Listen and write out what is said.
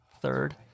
third